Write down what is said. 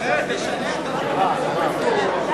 איסור חסימת יישומים במכשיר טלפון נייד),